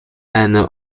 anna